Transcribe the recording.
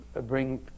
bring